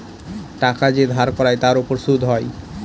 টাকা যে ধার করায় তার উপর সুদ হয়